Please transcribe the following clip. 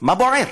מה בוער?